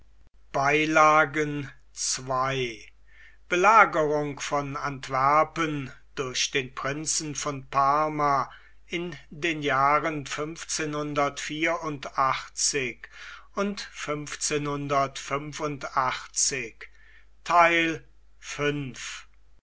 belagerung von antwerpen durch den prinzen von parma in den jahren